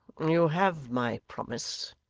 you have my promise,